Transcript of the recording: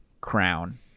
crown